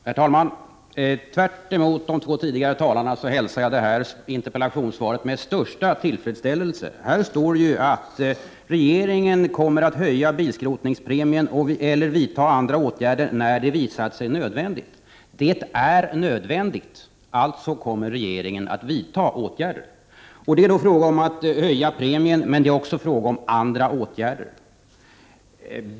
Herr talman! Tvärtemot de två tidigare talarna hälsar jag detta interpellationssvar med största tillfredsställelse. Det står ju i svaret att regeringen kommer att höja bilskrotningspremien eller vidta andra åtgärder när det visar sig nödvändigt. Det är nödvändigt, alltså kommer regeringen att vidta åtgärder. Det är då fråga om att höja premien, men det är också fråga om andra åtgärder.